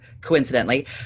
coincidentally